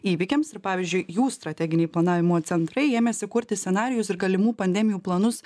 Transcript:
įvykiams ir pavyzdžiui jų strateginiai planavimo centrai ėmėsi kurti scenarijus ir galimų pandemijų planus